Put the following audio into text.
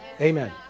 Amen